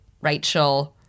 Rachel